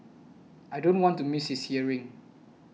I don't want to miss his hearing